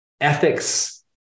ethics